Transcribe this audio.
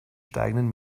steigenden